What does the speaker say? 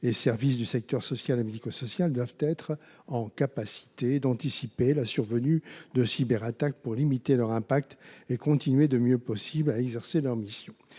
et services du secteur social et médico social doivent être en mesure d’anticiper la survenue de cyberattaques pour en limiter les conséquences et continuer du mieux possible à exercer leurs missions.